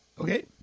Okay